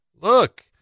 look